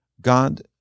God